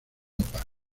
europa